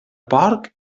porc